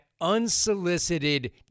unsolicited